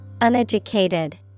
Uneducated